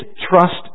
trust